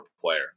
player